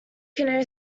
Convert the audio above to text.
canoe